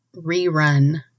rerun